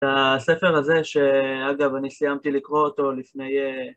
הספר הזה שאגב אני סיימתי לקרוא אותו לפני